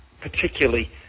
particularly